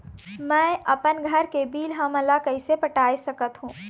मैं अपन घर के बिल हमन ला कैसे पटाए सकत हो?